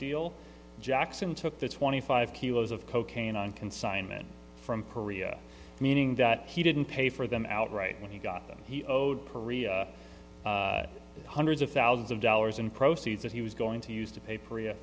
deal jackson took the twenty five kilos of cocaine on consignment from korea meaning that he didn't pay for them outright when he got them he owed perea hundreds of thousands of dollars in proceeds that he was going to use to pay p